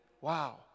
wow